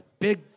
Big